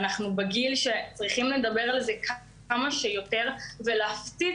אנחנו בגיל שצריכים לדבר על זה כמה שיותר ולהפציץ.